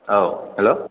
औ हेल'